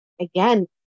again